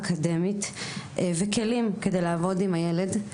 אקדמית וכלים כדי לעבוד עם הילד.